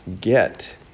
get